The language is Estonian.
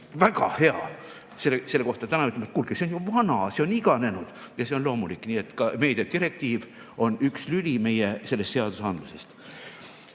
väga hea – selle kohta täna ütleme, et kuulge, see on ju vana, see on iganenud. Ja see on loomulik. Nii et ka meediadirektiiv on üks lüli meie seadusandluses.